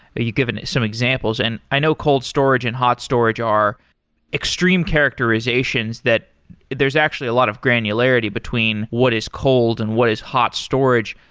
you've given it some examples. and i know cold storage and hot storage are extreme characterizations that there's actually a lot of granularity between what is cold and what is hot storage.